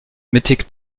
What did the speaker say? mittig